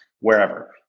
wherever